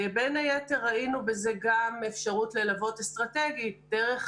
בין היתר ראינו בזה גם אפשרות ללוות אסטרטגית דרך